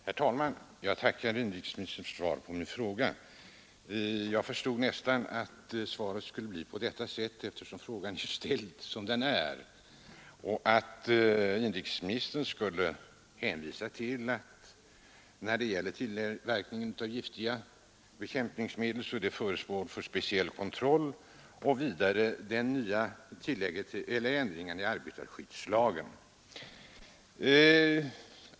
Herr talman! Jag tackar inrikesministern för svaret på min fråga. Som frågan är ställd förstod jag nästan att inrikesministern skulle hänvisa till att tillverkningen av giftiga bekämpningsmedel är föremål för speciell kontroll och erinra om de nya ändringarna i arbetarskyddslagen.